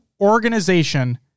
organization